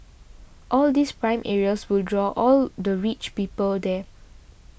all these prime areas will draw all the rich people there